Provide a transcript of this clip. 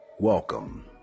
Welcome